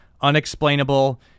unexplainable